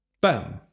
Bam